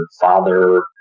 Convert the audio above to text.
father